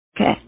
Okay